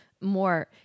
more